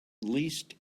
least